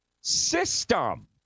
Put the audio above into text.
system